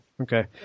Okay